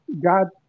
God